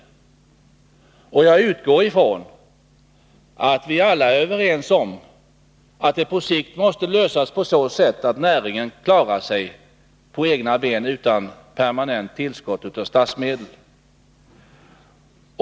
Jag utgår från att vi alla är överens om att problemen på sikt måste lösas på så sätt att näringen klarar sig på egna ben utan permanent tillskott av statsmedel.